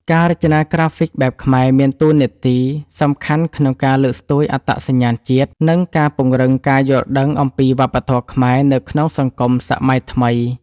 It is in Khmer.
ការរចនាក្រាហ្វិកបែបខ្មែរមានតួនាទីសំខាន់ក្នុងការលើកស្ទួយអត្តសញ្ញាណជាតិ និងការពង្រឹងការយល់ដឹងអំពីវប្បធម៌ខ្មែរ នៅក្នុងសង្គមសម័យថ្មី។